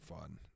fun